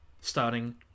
Starting